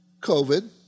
COVID